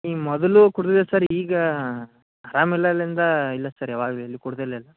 ಈ ಮೊದಲು ಕುಡಿದಿದ್ದೆ ಸರ್ ಈಗ ಆರಾಮಿಲ್ದಾಗಿಂದ ಇಲ್ಲ ಸರ್ ಯಾವಾಗಲೂ ಎಲ್ಲಿ ಕುಡಿಲಿಲ್ಲ